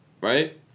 Right